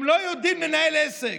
הם לא יודעים לנהל עסק,